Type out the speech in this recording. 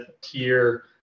tier